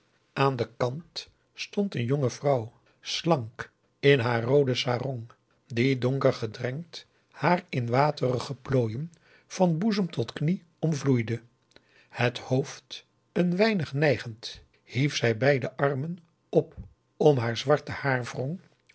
aan den kant stond een jonge vrouw slank in haar rooden sarong die donker gedrenkt haar in waterige plooien van boezem tot knie omvloeide het hoofd een weinig neigend hief zij beide armen op om haar zwarte